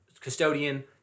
custodian